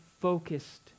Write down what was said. focused